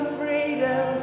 freedom